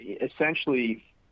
essentially